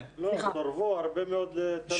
לא, הם סירבו להרבה מאוד תלמידים.